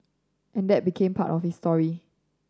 and that became part of his story